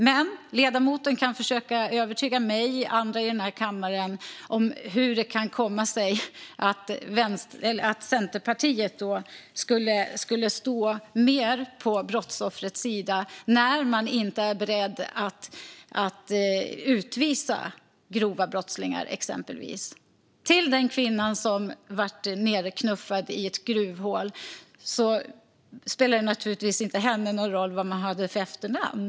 Men ledamoten kan försöka förklara för mig och andra i den här kammaren hur det kommer sig att Centerpartiet står mer på brottsoffrens sida när man inte är beredd att utvisa exempelvis grova brottslingar. För kvinnan som blev nedknuffad i ett gruvhål spelar det naturligtvis ingen roll vad han har för efternamn.